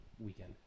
Weekend